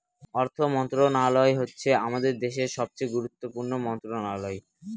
অর্থ মন্ত্রণালয় হচ্ছে আমাদের দেশের সবচেয়ে গুরুত্বপূর্ণ মন্ত্রণালয়